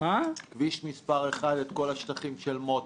כביש מס' 1, כל השטחים של מוצא.